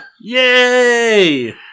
Yay